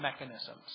mechanisms